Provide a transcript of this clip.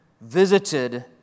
visited